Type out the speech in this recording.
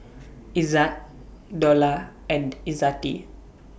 Izzat Dollah and Izzati